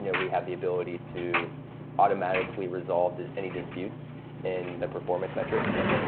yeah we have the ability to automatically resolve any disputes in the performance metrics,